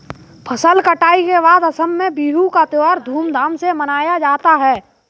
फसल कटाई के बाद असम में बिहू का त्योहार धूमधाम से मनाया जाता है